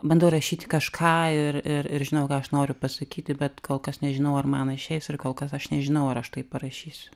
bandau rašyti kažką ir ir ir žinau ką aš noriu pasakyti bet kol kas nežinau ar man išeis ir kol kas aš nežinau ar aš tai parašysiu